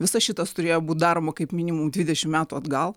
visas šitas turėjo būti daroma kaip minimum dvidešim metų metų atgal